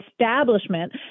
establishment